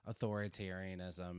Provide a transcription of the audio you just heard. authoritarianism